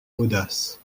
audace